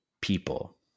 people